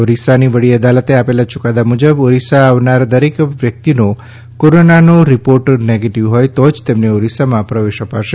ઓરિસ્સાની વડી અદાલતે આપેલા યૂકાદા મુજબ ઓરિસ્સા આવનાર દરેક વ્યક્તિનો કોરોનાનો રિપોર્ટ નેગેટિવ હોય તો જ તેમને ઓરિસ્સામાં પ્રવેશ અપાશે